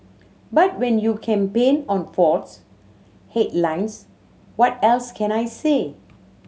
but when you campaign on faults headlines what else can I say